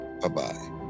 Bye-bye